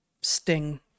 sting